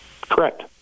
Correct